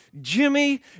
Jimmy